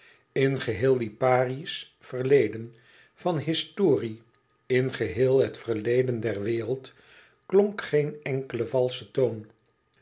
in geheel liparië's verleden van historie in geheel het verleden der wereld klonk geen enkele valsche toon